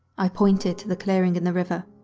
i pointed to the clearing in the river.